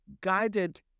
guided